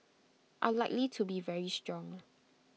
are likely to be very strong